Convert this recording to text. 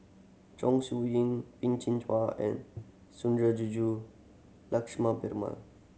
Chong Siew Ying Peh Chin Hua and Sundarajulu Lakshmana Peruma